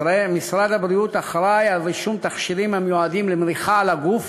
משרד הבריאות אחראי לרישום תכשירים המיועדים למריחה על הגוף